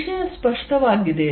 ವಿಷಯ ಸ್ಪಷ್ಟವಾಗಿದೆಯೇ